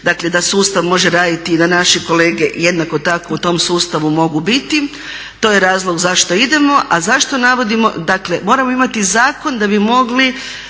Dakle da sustav može raditi i da naši kolege jednako tako u tom sustavu mogu biti. To je razlog zašto idemo. A zašto navodimo? Dakle moramo imati zakon da bi mogli